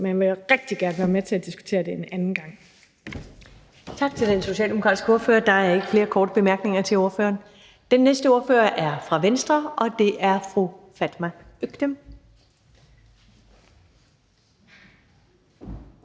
jeg vil rigtig gerne være med til at diskutere det en anden gang.